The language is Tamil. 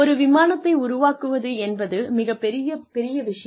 ஒரு விமானத்தை உருவாக்குவது என்பது மிகப்பெரிய பெரிய விஷயம்